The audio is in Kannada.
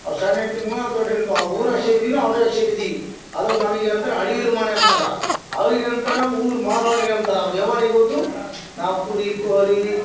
ಅವ್ರ್ ಶಣ್ ಹೆಂಡತಿ ಮಕ್ಕಳು ದೊಡ್ಡ ಹೆಂಡತಿ ಅದು ನಮ್ಗೆ ಏನು ಅಂತಾರ ಅಡಿಗೆ ಲಂಬಾಣಿ ಅಂತಾರ ಅವ್ರಿಗೆ ಏನು ಅಂತಾರ ಊರು ಮಾರ್ವಾಡಿ ಅಂತಾರ ಅವ್ರ ಎವಾಡಿಗ್ ಹೋದ್ರು ನಾವು ಕುರಿ ಕೋರಿ